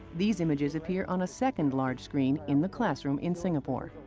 these images appear on a second large screen in the classroom in singapore.